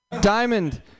diamond